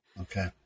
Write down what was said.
Okay